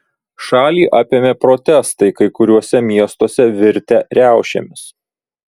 šalį apėmė protestai kai kuriuose miestuose virtę riaušėmis